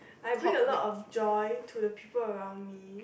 I bring a lot of joy to the people around me